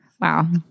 Wow